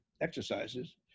exercises